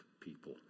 people